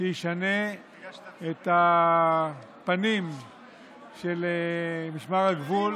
שישנה את הפנים של משמר הגבול